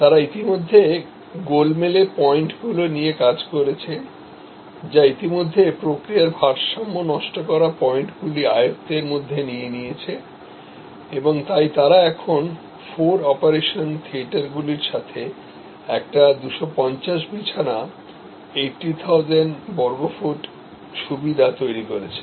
তারা ইতিমধ্যে গোলমেলে পয়েন্টগুলি নিয়ে কাজ করেছে যা ইতিমধ্যে প্রক্রিয়ার ভারসাম্য নষ্ট করা পয়েন্টগুলিআয়ত্তের মধ্যে নিয়ে নিয়েছে এবং তাই তারা এখন 4 অপারেশন থিয়েটারগুলির সাথে একটি 250 বিছানা 80000 বর্গফুট সুবিধা তৈরি করেছে